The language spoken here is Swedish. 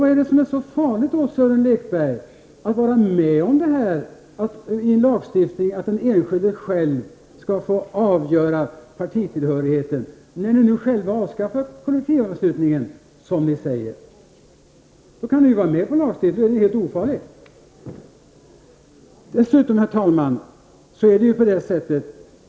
Vad är det som är så farligt med en lagstiftning om att den enskilde själv skall få avgöra partitillhörigheten, Sören Lekberg? Ni har ju nu själva avskaffat kollektivanslutningen, enligt vad ni säger. Då kan ni vara med på lagstiftningen, eftersom det vore helt ofarligt. Herr talman!